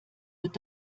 wird